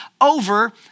over